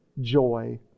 joy